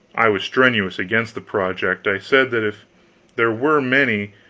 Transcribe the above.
i was strenuous against the project. i said that if there were many,